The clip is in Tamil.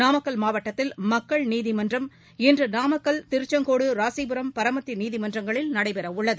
நாமக்கல் மாவட்டத்தில் மக்கள் நீதிமன்றம் இன்றுநாமக்கல் திருச்செங்கோடு ராசிபுரம் பரமத்திநீதிமன்றங்களில் நடைபெறவுள்ளது